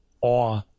awe